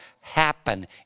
happen